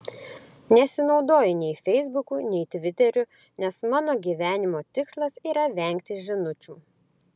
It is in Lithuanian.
nesinaudoju nei feisbuku nei tviteriu nes mano gyvenimo tikslas yra vengti žinučių